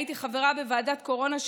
הייתי חברה בוועדת קורונה,